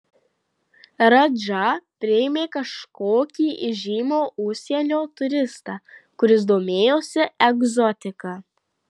radža priėmė kažkokį įžymų užsienio turistą kuris domėjosi egzotika